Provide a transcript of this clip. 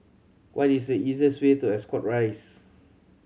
what is the easiest way to Ascot Rise